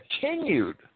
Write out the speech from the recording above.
continued